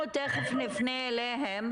אנחנו נפנה אליהם.